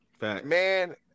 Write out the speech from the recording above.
Man